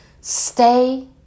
stay